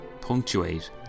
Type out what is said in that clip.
punctuate